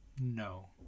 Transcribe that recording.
No